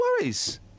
worries